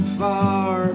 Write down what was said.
far